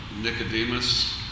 Nicodemus